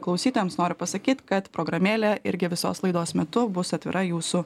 klausytojams noriu pasakyt kad programėlė irgi visos laidos metu bus atvira jūsų